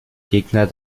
gegner